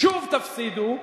שוב תפסידו,